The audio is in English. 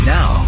Now